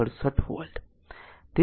67 volt